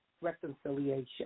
reconciliation